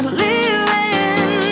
living